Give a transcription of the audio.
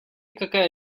какая